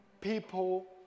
people